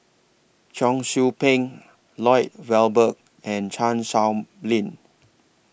Cheong Soo Pieng Lloyd Valberg and Chan Sow Lin